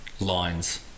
lines